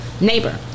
neighbor